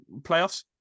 playoffs